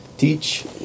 Teach